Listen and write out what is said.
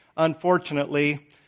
Unfortunately